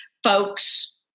Folks